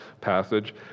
passage